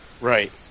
Right